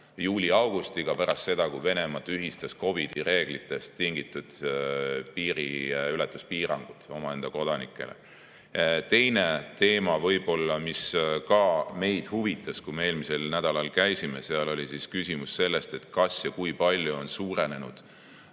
juuli-augustiga, pärast seda, kui Venemaa tühistas COVID-i reeglitest tingitud piiriületuspiirangud omaenda kodanikele. Teine teema, mis ka meid huvitas, kui me eelmisel nädalal käisime seal, oli küsimus sellest, kas ja kui palju on suurenenud